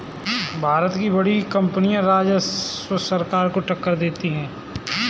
भारत की बड़ी कंपनियां सरकार के राजस्व को टक्कर देती हैं